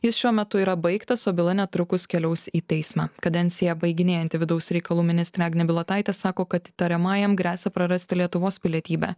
jis šiuo metu yra baigtas o byla netrukus keliaus į teismą kadenciją baiginėjanti vidaus reikalų ministrė agnė bilotaitė sako kad įtariamajam gresia prarasti lietuvos pilietybę